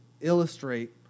illustrate